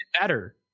better